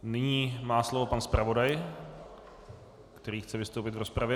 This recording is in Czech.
Nyní má slovo pan zpravodaj, který chce vystoupit v rozpravě.